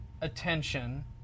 attention